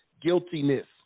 guiltiness